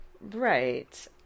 right